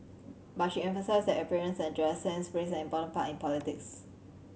but she emphasised that appearances and dress sense played an important part in politics